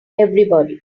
everybody